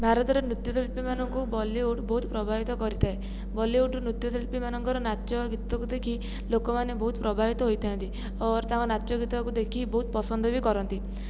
ଭାରତର ନୃତ୍ୟଶିଳ୍ପୀ ମାନଙ୍କୁ ବଲିଉଡ଼ ବହୁତ ପ୍ରଭାବିତ କରିଥାଏ ବଲିଉଡ଼ ନୃତ୍ୟଶିଳ୍ପୀ ମାନଙ୍କର ନାଚ ଗୀତକୁ ଦେଖି ଲୋକମାନେ ବହୁତ ପ୍ରଭାବିତ ହୋଇଥାନ୍ତି ଅର ତାଙ୍କ ନାଚ ଗୀତକୁ ଦେଖି ବହୁତ ପସନ୍ଦ ବି କରନ୍ତି